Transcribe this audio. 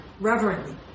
reverently